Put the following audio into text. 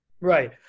Right